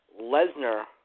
Lesnar